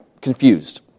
confused